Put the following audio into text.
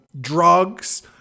drugs